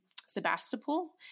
Sebastopol